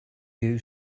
you